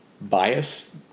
bias